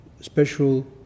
special